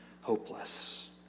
hopeless